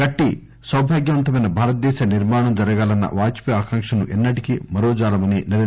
గట్టి సాభాగ్యవంతమైన భారతదేశ నిర్మాణం జరగాలన్న వాజ్ పేయి ఆకాంకును ఎన్నటికి మరవజాలమని అన్నారు